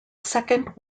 second